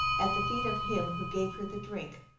at the feet of him who gave her the drink,